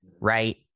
right